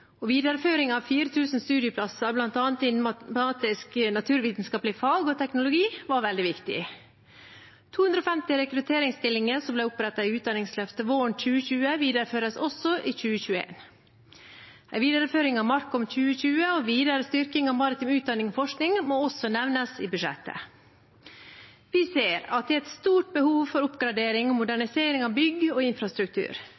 og videreføring av 4 000 studieplasser bl.a. innen matematisk-naturvitenskapelige- og teknologifag var veldig viktig. 250 rekrutteringsstillinger som ble opprettet i Utdanningsløftet våren 2020, videreføres også i 2021. En videreføring av MARKOM2020 og videre styrking av maritim utdanning og forskning må også nevnes i budsjettet. Vi ser at det er et stort behov for oppgradering og